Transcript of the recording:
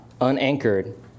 unanchored